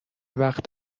وقت